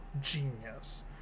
Genius